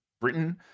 britain